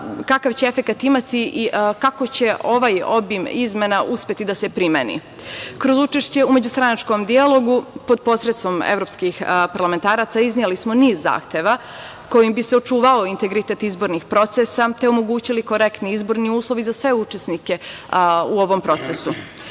kakav će efekat imati i kako će ovaj obim izmena uspeti da se primeni. Kroz učešće u međustranačkom dijalogu pod posredstvom evropskih parlamentaraca izneli smo niz zahteva kojim bi se očuvao integritet izbornih procesa, te omogućili korektni izborni uslovi za sve učesnike u ovom procesu.